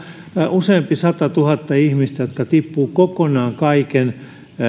useampi satatuhatta ihmistä jotka tippuvat kokonaan kaiken